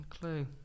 clue